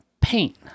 paint